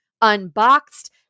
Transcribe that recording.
unboxed